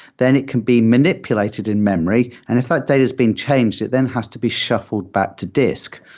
then it can be manipulated in memory. and if that data has been changed, it then has to be shuffled back to disk.